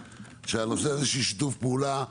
הנושא הזה של שיתוף פעולה,